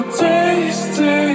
tasty